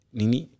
nini